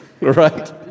Right